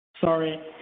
Sorry